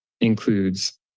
includes